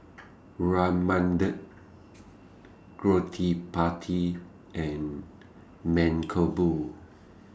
Ramanand Gottipati and Mankombu